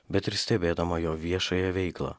bet ir stebėdama jo viešąją veiklą